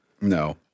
no